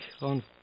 on